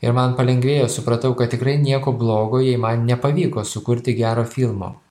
ir man palengvėjo supratau kad tikrai nieko blogo jei man nepavyko sukurti gero filmo